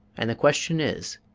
and the question is,